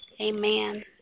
amen